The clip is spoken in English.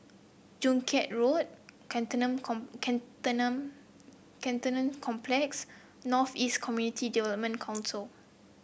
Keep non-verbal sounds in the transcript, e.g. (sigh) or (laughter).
Joo Chiat Road (unintelligible) com (unintelligible) Cantonment Complex North East Community Development Council